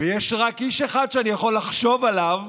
ויש רק איש אחד שאני יכול לחשוב עליו